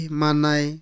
manai